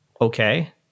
okay